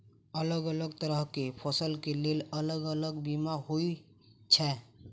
अलग अलग तरह केँ फसल केँ लेल अलग अलग बीमा होइ छै?